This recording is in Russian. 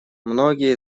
многие